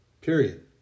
period